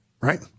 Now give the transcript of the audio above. right